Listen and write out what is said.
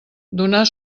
donar